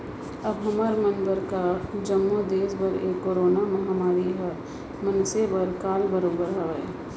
अब हमर मन करा का जम्मो देस बर ए करोना महामारी ह मनसे मन बर काल बरोबर ही हावय